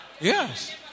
Yes